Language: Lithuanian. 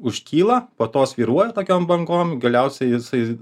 užkyla po to svyruoja tokiom bangom galiausiai jisai